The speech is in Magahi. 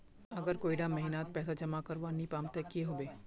अगर कोई डा महीनात पैसा जमा करवा नी पाम ते की होबे?